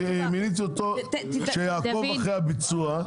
אני מיניתי אותו שיעקוב אחרי הביצוע,